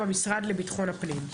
במשרד לביטחון הפנים.